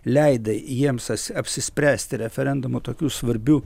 leidai jiems asi apsispręsti referendumu tokiu svarbiu